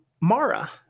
Mara